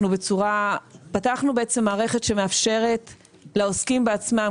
פתחנו מערכת שמאפשרת לעוסקים בעצמם,